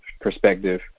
perspective